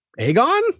Aegon